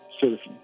citizen